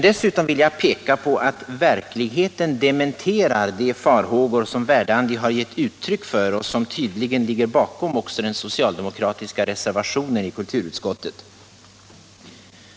Dessutom vill jag verkligen dementera de farhågor som Verdandi givit uttryck för och som tydligen ligger bakom också den socialdemokratiska reservationen i kulturutskottet.